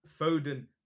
Foden